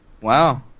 Wow